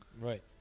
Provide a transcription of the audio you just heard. Right